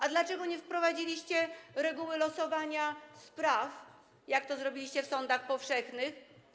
A dlaczego nie wprowadziliście reguły losowania spraw, jak to zrobiliście w sądach powszechnych?